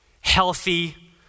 healthy